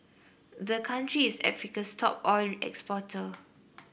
the country is Africa's top oil exporter